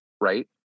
Right